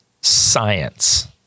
science